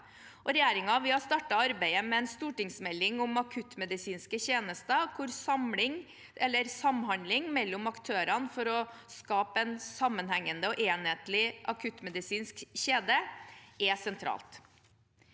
Regjeringen har startet arbeidet med en stortingsmelding om akuttmedisinske tjenester, hvor samhandling mellom aktørene for å skape en sammenhengende og enhetlig akuttmedisinsk kjede er sentralt.